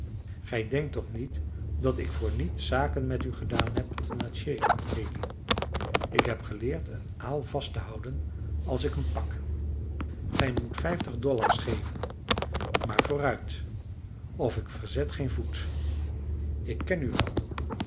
gij denkt toch niet dat ik voor niet zaken met u gedaan heb te natchez haley ik heb geleerd een aal vast te houden als ik hem pak gij moet vijftig dollars geven maar vooruit of ik verzet geen voet ik ken u wel